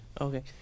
Okay